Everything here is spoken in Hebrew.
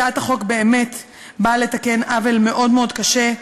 הצעת החוק באמת באה לתקן עוול מאוד מאוד קשה.